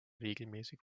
regelmäßig